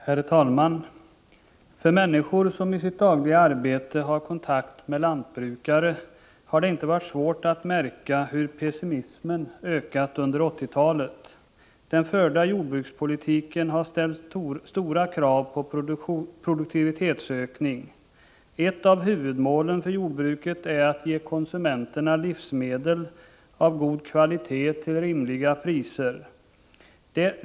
Herr talman! För människor som i sitt dagliga arbete har kontakt med lantbrukare har det inte varit svårt att märka hur pessimismen ökat under 1980-talet. Den förda jordbrukspolitiken har ställt stora krav på produktivitetsökning. Ett av huvudmålen för jordbruket är att ge konsumenterna livsmedel av god kvalitet till rimliga priser.